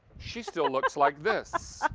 she still looks like this.